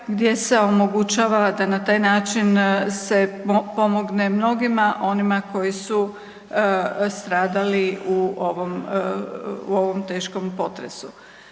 gdje se omogućava da na taj način se pomogne mnogima onima koji su stradali u ovom teškom potresu.